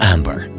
Amber